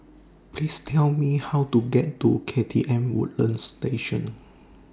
Please Tell Me How to get to K T M Woodlands Station